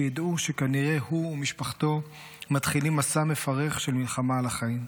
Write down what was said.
שידעו שכנראה הוא ומשפחתו מתחילים מסע מפרך של מלחמה על החיים,